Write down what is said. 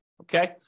okay